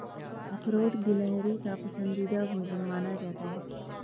अखरोट गिलहरी का पसंदीदा भोजन माना जाता है